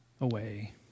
away